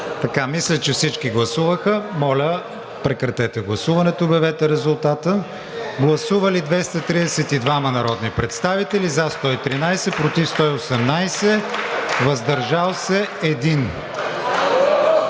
Мисля, че всички гласуваха. Моля, прекратете гласуването. Обявете резултата. Гласували 232 народни представители: за 113, против 118, въздържал се 1.